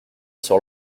sur